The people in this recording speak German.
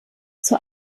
zur